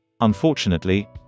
Unfortunately